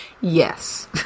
Yes